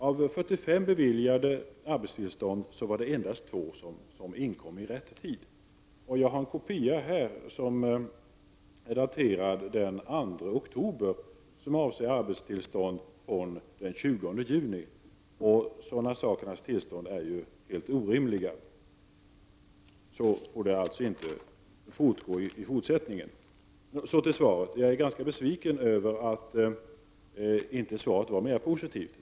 Av 45 beviljade arbetstillstånd var det endast två som inkom i rätt tid. Jag har med mig här en kopia daterad den 2 oktober som avser arbetstillstånd från den 20 juni. Sådana sakernas tillstånd är ju helt orimliga. Så får det inte gå till i fortsättningen. Jag är besviken över att svaret inte var mer positivt.